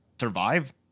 survive